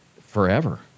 forever